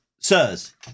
sirs